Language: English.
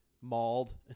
mauled